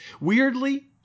Weirdly